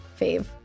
fave